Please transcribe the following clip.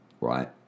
right